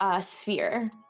sphere